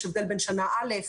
יש הבדל בין שנה א',